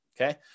okay